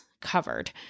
covered